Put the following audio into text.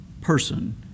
person